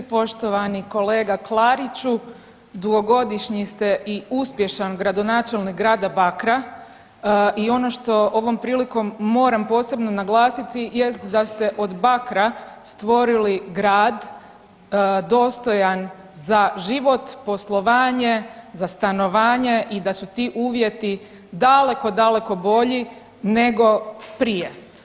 Poštovani kolega Klariću, dugogodišnji ste i uspješan gradonačelnik grada Bakra i ono što ovom prilikom moram posebno naglasiti jest da ste od Bakra stvorili grad dostojan za život, poslovanje, za stanovanje i da su ti uvjeti daleko, daleko bolji nego prije.